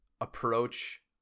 approach